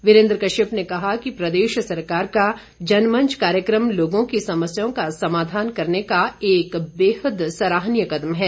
वीरेन्द्र कश्यप ने कहा कि प्रदेश सरकार का जनमंच कार्यक्रम लोगों की समस्याओं का समाधान करने का एक बेहद सराहनीय कदम है